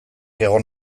egon